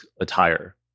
attire